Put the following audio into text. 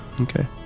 okay